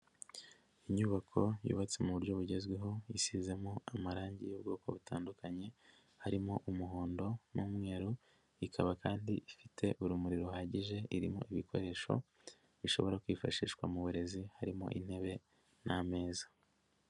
Inyubako yubatse mu buryo bugezweho isizemo amarangi y'ubwoko butandukanye harimo umuhondo n'umweru ikaba kandi ifite urumuri ruhagije irimo ibikoresho bishobora kwifashishwa mu burezi harimo intebe n'ameza.